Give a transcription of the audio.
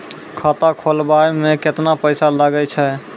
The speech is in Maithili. खाता खोलबाबय मे केतना पैसा लगे छै?